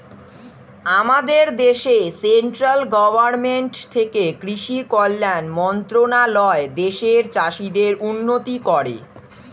আমাদের দেশে central government থেকে কৃষি কল্যাণ মন্ত্রণালয় দেশের চাষীদের উন্নতি করে